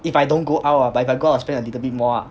if I don't go out ah but if I go out I'll spend a little bit more ah